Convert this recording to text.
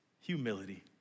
humility